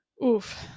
Oof